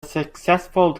successful